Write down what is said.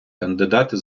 кандидати